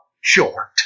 short